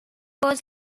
was